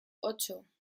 ocho